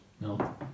no